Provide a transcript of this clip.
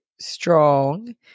strong